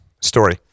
story